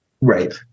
Right